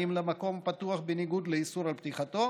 למקום הפתוח בניגוד לאיסור על פתיחתו,